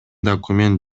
документ